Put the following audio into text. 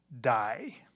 die